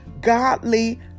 godly